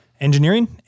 engineering